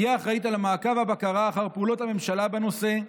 תהיה אחראית על המעקב והבקרה אחר פעולות הממשלה בנושא,